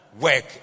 work